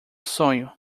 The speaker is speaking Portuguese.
sonho